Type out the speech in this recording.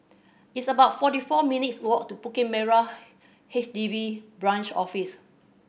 it's about forty four minutes' walk to Bukit Merah H D B Branch Office